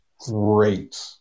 great